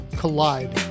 collide